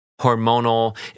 hormonal